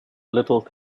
little